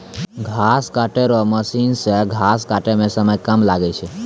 घास काटै रो मशीन से घास काटै मे समय कम लागै छै